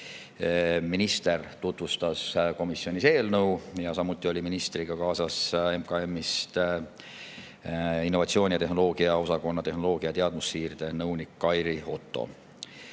Minister tutvustas komisjonis eelnõu. Samuti oli ministriga kaasas MKM‑i innovatsiooni ja tehnoloogia osakonna tehnoloogia‑ ja teadmussiirde nõunik Kairi Otto.